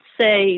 say